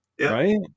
right